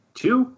two